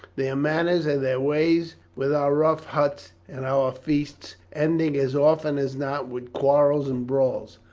their manners and their ways, with our rough huts, and our feasts, ending as often as not with quarrels and brawls.